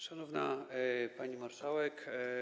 Szanowna Pani Marszałek!